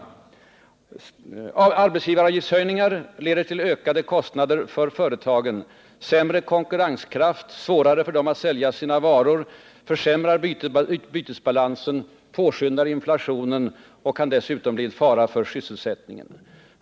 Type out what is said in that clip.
Höjningar av arbetsgivaravgiften leder till ökade kostnader för företagen, varav följer sämre konkurrenskraft och svårigheter för företagen att sälja sina varor. Detta försämrar bytesbalansen, påskyndar inflationen och kan dessutom bli en fara för sysselsättningen.